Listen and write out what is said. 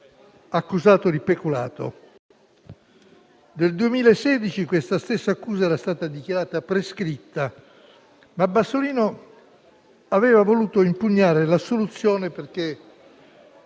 accusato di peculato. Nel 2016 questa stessa accusa era stata dichiarata prescritta, ma Bassolino aveva voluto impugnare l'assoluzione perché